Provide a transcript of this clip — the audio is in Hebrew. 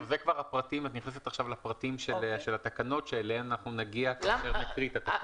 את כבר נכנסת עכשיו לפרטים של התקנות שאליהם נגיע כשנקריא אותן.